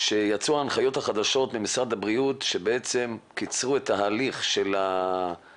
כשיצאו ההנחיות החדשות ממשרד הבריאות שקיצרו את הליך הבדיקות,